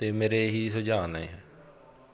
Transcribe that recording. ਅਤੇ ਮੇਰੇ ਇਹੀ ਸੁਝਾਅ ਨੇ